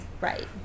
Right